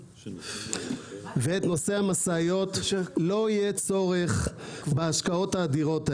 ואת נושא המשאיות לא יהיה צורך בהשקעות האדירות האלה.